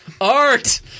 Art